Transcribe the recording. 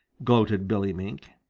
gloated billy mink.